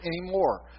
anymore